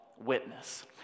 witness